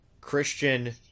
Christian